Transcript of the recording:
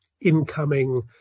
incoming